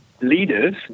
leaders